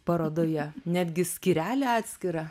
parodoje netgi skyrelį atskyrą